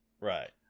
Right